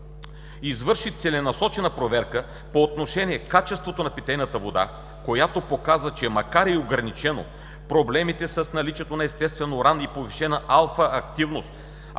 извърши целенасочена проверка по отношение качеството на питейната вода, която показа, че макар и ограничено, проблеми с наличие на естествен уран и повишена алфа активност